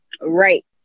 Right